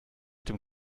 dem